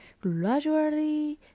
gradually